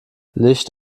licht